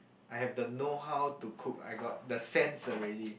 I have the know how to cook I got the sense already